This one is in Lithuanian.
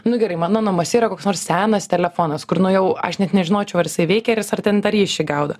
nu gerai mano namuose yra koks nors senas telefonas kur nu jau aš net nežinočiau ar jisai veikia ar jis ar ten tą ryšį gaudo